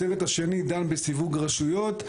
הצוות השני דן בסיווג רשויות.